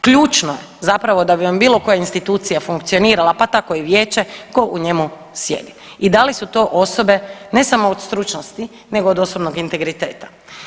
Ključno je zapravo da bi vam bilo koja institucija funkcionirala, pa tako i vijeće ko u njemu sjedi i da li su to osobe ne samo od stručnosti nego od osobnog integriteta.